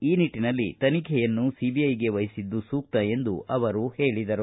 ಈ ನಿಟ್ಟನಲ್ಲಿ ತನಿಖೆಯನ್ನು ಸಿಬಿಐಗೆ ವಹಿಸಿದ್ದು ಸೂಕ್ತ ಎಂದು ಹೇಳಿದರು